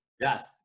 Yes